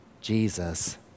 Jesus